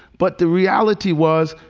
but the reality was,